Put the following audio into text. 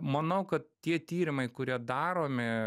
manau kad tie tyrimai kurie daromi